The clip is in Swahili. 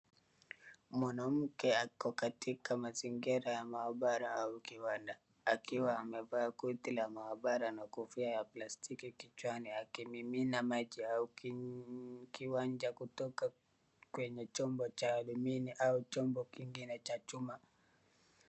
Mwanamke ako katika mazingira ya maabara au kiwanda akiwa amevaa koti la maabara na kofia ya plastiki kichwani akimimina maji au kiwanja kutoka kwenye chombo cha alumini au chombo kingine cha chuma.